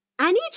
anytime